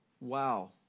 wow